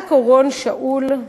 רק אורון שאול,